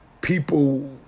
people